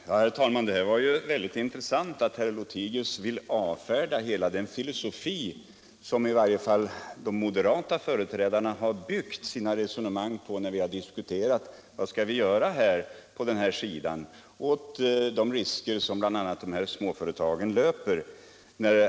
Herr talman! Det var ju intressant att herr Lothigius vill avfärda som nonsens hela den filosofi som regeringsföreträdarna byggt sina resonemang på när vi diskuterat vad man bör göra åt de risker som bl.a. dessa företag löper.